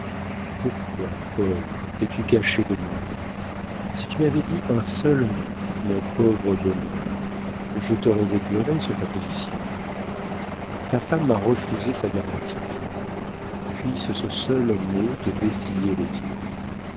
pourquoi paul t'es-tu caché de moi si tu m'avais dit un seul mot mon pauvre bonhomme je t'aurais éclairé sur ta position ta femme m'a refusé sa garantie puisse ce seul mot te dessiller les yeux